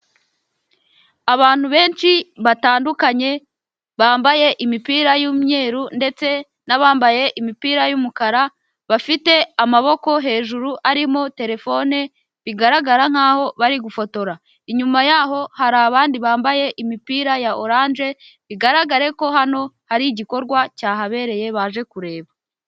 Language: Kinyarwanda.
Abantu benshi batandukanye bambaye imipira y'umweru ndetse n'abambaye imipira y'umukara, bafite amaboko hejuru arimo terefone bigaragara nk'aho bari gufotora. Inyuma yaho, hari abandi bambaye imipira ya orange, bigaragare ko hano hari igikorwa cyahabereye baje kureba.